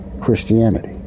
Christianity